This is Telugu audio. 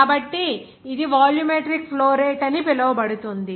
కాబట్టి ఇది వాల్యూమెట్రిక్ ఫ్లో రేటు అని పిలువబడుతుంది